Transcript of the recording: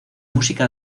música